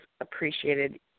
appreciated